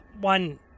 one